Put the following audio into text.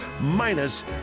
minus